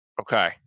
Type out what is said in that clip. Okay